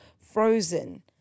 Frozen